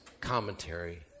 commentary